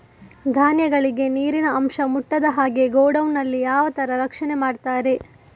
ಧಾನ್ಯಗಳಿಗೆ ನೀರಿನ ಅಂಶ ಮುಟ್ಟದ ಹಾಗೆ ಗೋಡೌನ್ ನಲ್ಲಿ ಯಾವ ತರ ರಕ್ಷಣೆ ಮಾಡ್ತಾರೆ?